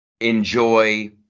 Enjoy